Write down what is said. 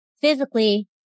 physically